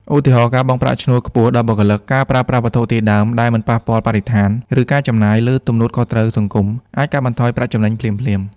ឧទាហរណ៍ ការបង់ប្រាក់ឈ្នួលខ្ពស់ដល់បុគ្គលិក ការប្រើប្រាស់វត្ថុធាតុដើមដែលមិនប៉ះពាល់បរិស្ថាន ឬការចំណាយលើទំនួលខុសត្រូវសង្គម អាចកាត់បន្ថយប្រាក់ចំណេញភ្លាមៗ។